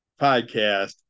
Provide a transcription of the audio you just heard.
podcast